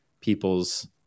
people's